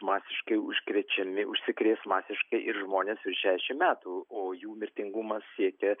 masiškai užkrečiami užsikrės masiškai ir žmonės virš šešiasdešim metų o jų mirtingumas siekia